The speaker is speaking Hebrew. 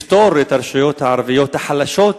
לפטור את הרשויות הערביות החלשות